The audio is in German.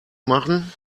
machen